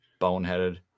boneheaded